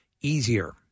easier